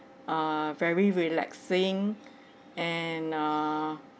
err very relaxing and err